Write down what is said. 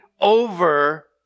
over